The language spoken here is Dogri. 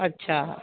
अच्छा